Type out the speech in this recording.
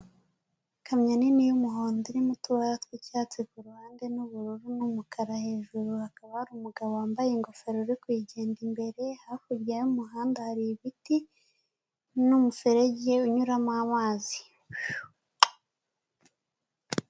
Ikamyo nini y'umuhondo irimo utubara tw'icyatsi ku ruhande n'ubururu n'umukara, hejuru hakaba hari umugabo wambaye ingofero uri kuyigenda imbere, hakurya y'umuhanda hari ibiti n'umuferege unyuramo amazi.